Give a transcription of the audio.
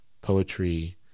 poetry